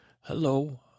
Hello